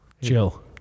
chill